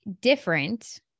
different